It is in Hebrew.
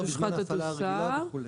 תושחת או תוסר בזמן הפעלה רגילה וכו'.